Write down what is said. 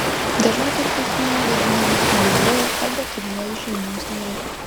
dažnai toks asmuo vadinamas nebyliuoju arba tyliuoju šeimos nariu